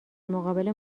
مقابل